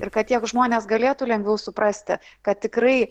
ir kad tiek žmonės galėtų lengviau suprasti kad tikrai